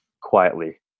quietly